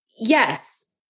yes